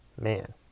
Man